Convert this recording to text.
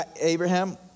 Abraham